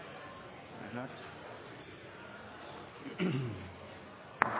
er klart